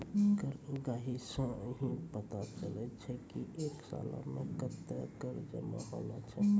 कर उगाही सं ही पता चलै छै की एक सालो मे कत्ते कर जमा होलो छै